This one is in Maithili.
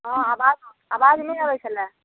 हँ आवाज आवाज नहि अबै छलय